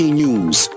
news